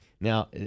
Now